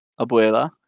abuela